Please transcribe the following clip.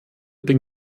den